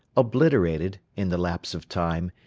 obliterated, in the lapse of time,